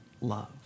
love